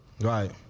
Right